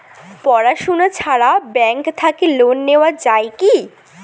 পড়াশুনা ছাড়া ব্যাংক থাকি লোন নেওয়া যায় কি?